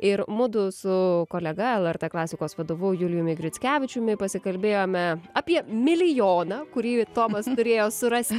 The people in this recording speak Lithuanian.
ir mudu su kolega lrt klasikos vadovu julijumi grickevičiumi pasikalbėjome apie milijoną kurį tomas norėjo surasti